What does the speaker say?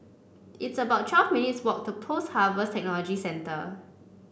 it's about twelve minutes' walk to Post Harvest Technology Centre